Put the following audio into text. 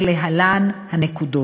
ולהלן הנקודות: